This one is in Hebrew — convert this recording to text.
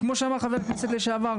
וכמו שאמר חבר הכנסת לשעבר,